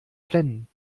flennen